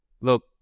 look